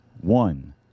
One